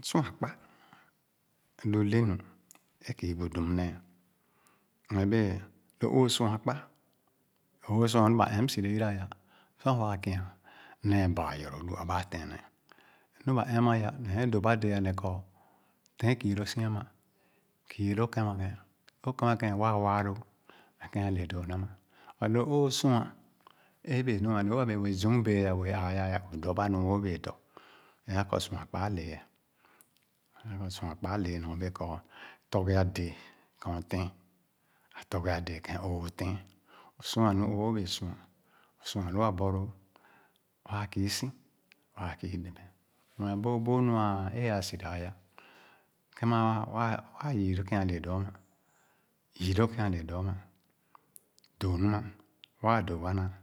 Ā Sua kpa lu le nu é kü bu dum nee nyorbee lo o’sua kpa, o’sua nu ba ɛm sere yiraya. Sor waa kia, néé baa yɔrɔ lu abà tɛɛnɛ. Nu ba ɛmma ya nee dōō ba déé aneh kɔ tɛɛnɛ. Nu ba ɛmma ya nee dōō ba déé aneh kɔ tɛɛn kii lóó si ama, kii lóó kēma kēn, lōō kēma ken waa wáá lóó meh kēn a’le dóó nam. But lō o’sua ē yibe nu a’le o’abē bēē ziing bēē béé āāya ya o’dɔ ba nu oo’bēē dɔ, e’a kɔ sua kpa a’lee ā. E’a kɔ sua kpa a’lee nyorbee kɔ tɔghe’a dēē kēn o’tɛɛn, ā tɔghe dēē kēn óó’lɛ̄ɛ̄n. O’sua nu o’obēē sua, o’sua lō abɔlōō, waa kiisi, waa kii dɛmɛ. Mue bōōbōō nu ā é a’sira yya, kēma waa, waa yii lō kēn a’le dōō’ama, yii lō kēn ale dōō, amà. Dōō nu’ma, waa dōō a’namà